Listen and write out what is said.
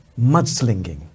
mudslinging